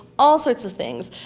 all sorts of things.